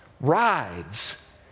rides